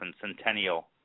Centennial